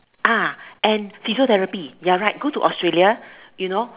ah and physiotherapy you are right go to Australia you know